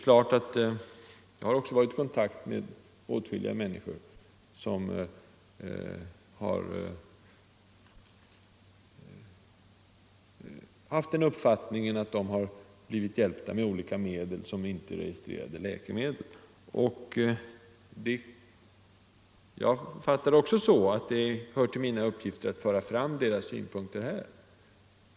Även jag har varit i kontakt med åtskilliga människor som haft den uppfattningen att de blivit hjälpta med olika medel, som inte är registrerade som läkemedel. Jag fattar det också som en av mina uppgifter att föra fram de människornas synpunkter i sådana här sammanhang.